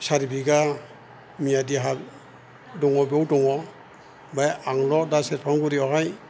सारि बिगा मियादि हा दङ बाव दङ बे आंल' दा सेरफांगुरियावहाय